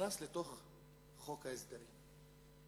נכנס לתוך חוק ההסדרים.